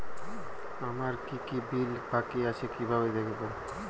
আমার কি কি বিল বাকী আছে কিভাবে দেখবো?